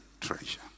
treasure